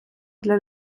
для